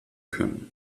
können